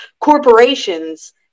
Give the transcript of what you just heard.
corporations